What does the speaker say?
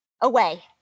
away